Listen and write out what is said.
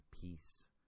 peace